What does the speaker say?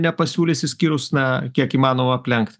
nepasiūlys išskyrus na kiek įmanoma aplenkt